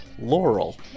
Laurel